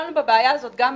נתקלנו בבעיה הזאת.